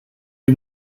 die